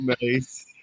nice